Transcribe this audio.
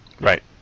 Right